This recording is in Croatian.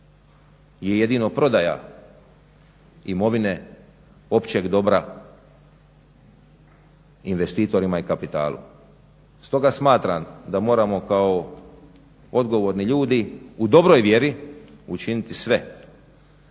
je jedino prodaja imovine, općeg dobra investitorima i kapitalu. Stoga smatram da moramo kao odgovorni ljudi u dobroj vjeri učiniti sve